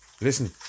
Listen